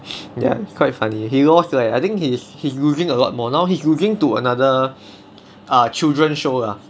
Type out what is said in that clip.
ya quite funny he lost leh I think he's he's losing a lot more now he's losing to another err children show lah